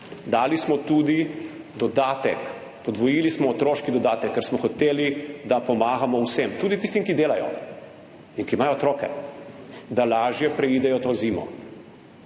dali smo tudi dodatek, podvojili smo otroški dodatek, ker smo hoteli pomagati vsem, tudi tistim, ki delajo in ki imajo otroke, da lažje preidejo to zimo.